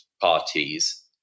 parties